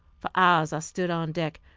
for hours i stood on deck,